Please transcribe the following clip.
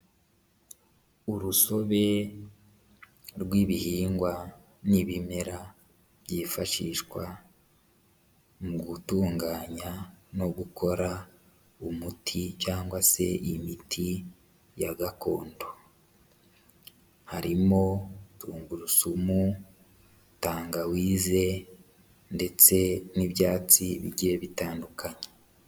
Urusobe rw'ibihingwa n'ibimera byifashishwa mu gutunganya no gukora umuti cyangwa se imiti ya gakondo, harimo tungurusumu, tangawize ndetse n'ibyatsi bigiye bitandukanye.